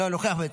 לא, נוכח בעצם,